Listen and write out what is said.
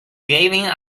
giving